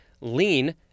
lean